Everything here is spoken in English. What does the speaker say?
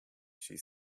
she